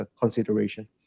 consideration